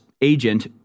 agent